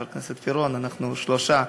אנחנו שלושה,